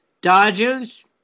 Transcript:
Dodgers